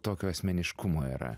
tokio asmeniškumo yra